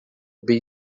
bem